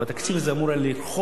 והתקציב הזה אמור היה לרכוש